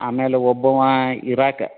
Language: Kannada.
ಆಮೇಲೆ ಒಬ್ಬವ ಇರಕ್ಕ